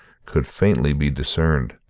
could faintly be discerned.